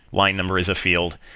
line number is a field,